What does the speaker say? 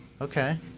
Okay